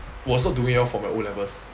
was not doing well for my O levels